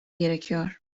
gerekiyor